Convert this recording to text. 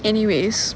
anyways